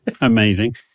Amazing